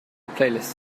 playlist